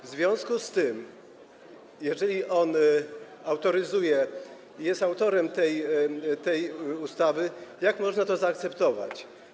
W związku z tym, jeżeli on to autoryzuje, jest autorem tej ustawy, jak można to zaakceptować?